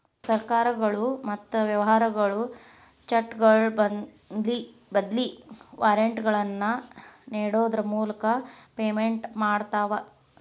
ಸರ್ಕಾರಗಳು ಮತ್ತ ವ್ಯವಹಾರಗಳು ಚೆಕ್ಗಳ ಬದ್ಲಿ ವಾರೆಂಟ್ಗಳನ್ನ ನೇಡೋದ್ರ ಮೂಲಕ ಪೇಮೆಂಟ್ ಮಾಡ್ತವಾ